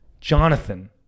Jonathan